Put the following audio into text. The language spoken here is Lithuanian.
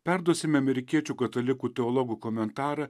perduosime amerikiečių katalikų teologų komentarą